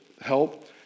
help